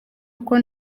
uko